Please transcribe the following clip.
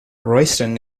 royston